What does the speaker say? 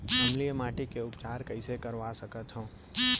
अम्लीय माटी के उपचार कइसे करवा सकत हव?